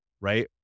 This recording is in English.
right